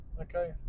okay